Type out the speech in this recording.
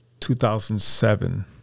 2007